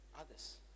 others